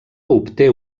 obté